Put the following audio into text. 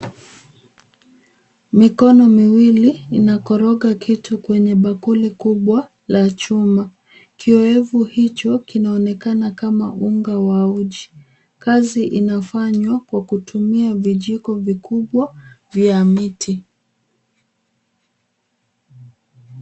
Mikono miwili inakoroga kitu kwenye bakuli kubwa la chuma. Kiowevu hicho kinaonekana kama unga wa uji kazi inafanywa kwa kutumia vijiko vikubwa vya miti.